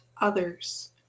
others